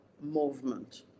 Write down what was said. movement